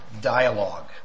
dialogue